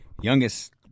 youngest